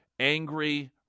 Angry